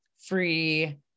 free